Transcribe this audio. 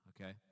okay